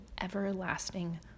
everlasting